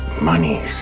money